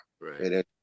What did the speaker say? Right